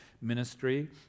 ministry